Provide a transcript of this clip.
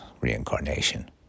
Reincarnation